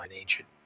ancient